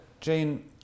Jane